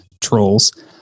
trolls